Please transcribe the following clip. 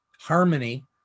harmony